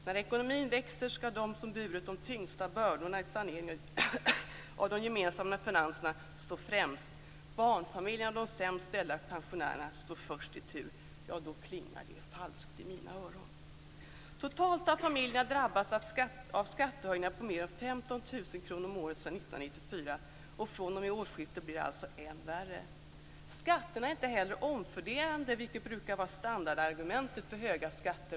När ekonomin växer ska de som burit de tyngsta bördorna i saneringen av de gemensamma finanserna stå främst. Barnfamiljerna och de sämst ställda pensionärerna står först i tur." Totalt har familjerna drabbats av skattehöjningar på mer än 15 000 kr om året sedan 1994. Och från och med årsskiftet blir det alltså än värre. Skatterna är inte heller omfördelande, vilket brukar vara standardargumentet för höga skatter.